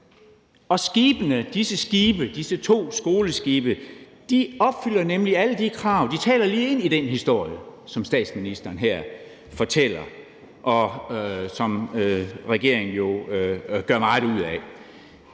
nummer to. Disse to skoleskibe opfylder nemlig alle de krav – de taler lige ind i den historie, som statsministeren her fortæller, og som regeringen jo gør meget ud af.